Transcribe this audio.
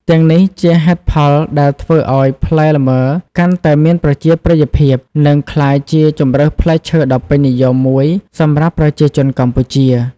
ទាំងនេះជាហេតុផលដែលធ្វើឱ្យផ្លែលម៉ើកាន់តែមានប្រជាប្រិយភាព និងក្លាយជាជម្រើសផ្លែឈើដ៏ពេញនិយមមួយសម្រាប់ប្រជាជនកម្ពុជា។